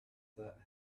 that